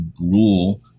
rule